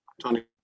Tony